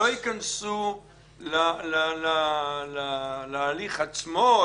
לא ייכנסו להליך עצמו,